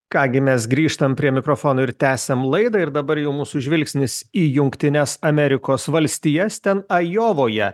ką gi mes grįžtam prie mikrofono ir tęsiam laidą ir dabar jau mūsų žvilgsnis į jungtines amerikos valstijas ten ajovoje